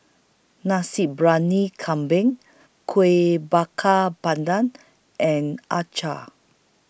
Nasi Briyani Kambing Kueh Bakar Pandan and Acar